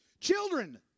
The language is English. Children